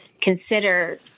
consider